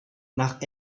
nach